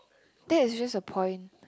that is just a point